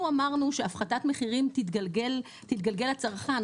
אנחנו אמרנו שהפחתת מחירים תתגלגל לצרכן,